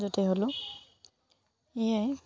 য'তে হ'লেও এয়াই